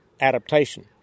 adaptation